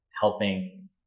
helping